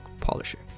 polisher